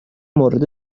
مورد